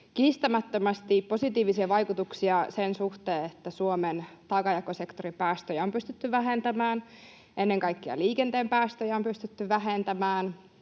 kiistämättömästi positiivisia vaikutuksia sen suhteen, että Suomen taakanjakosektorin päästöjä on pystytty vähentämään, ennen kaikkea liikenteen päästöjä on pystytty vähentämään,